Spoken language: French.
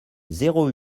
zéro